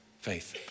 faith